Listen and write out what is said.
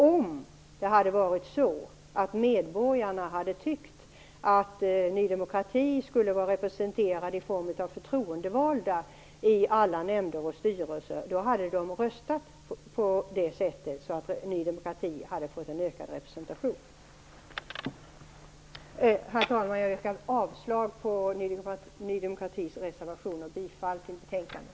Om medborgarna hade tyckt att Ny demokrati skulle vara representerade i form av förtroendevalda i alla nämnder och styrelser hade de röstat så att Ny demokrati hade fått en ökad representation. Herr talman! Jag yrkar avslag på Ny demokratis reservationer och bifall till hemställan i betänkandet.